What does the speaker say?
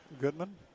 Goodman